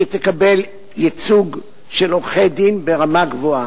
שתקבל ייצוג של עורכי-דין ברמה גבוהה.